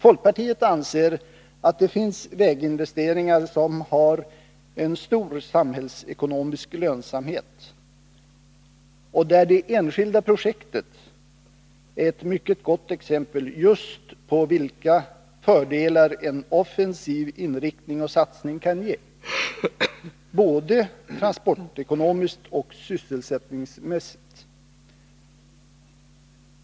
Folkpartiet anser att det finns väginvesteringar som har en stor samhällsekonomisk lönsamhet och där det enskilda projektet är ett mycket gott exempel just på vilka fördelar en offensiv inriktning och satsning kan ge, både transportekonomiskt och sysselsättningsmässigt.